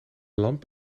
lamp